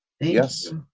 Yes